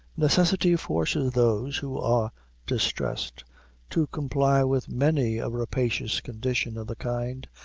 necessity forces those who are distressed to comply with many a rapacious condition of the kind,